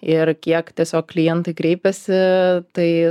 ir kiek tiesiog klientai kreipiasi tai